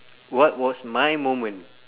what was my moment